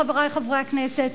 חברי חברי הכנסת,